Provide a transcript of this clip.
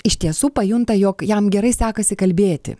iš tiesų pajunta jog jam gerai sekasi kalbėti